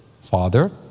Father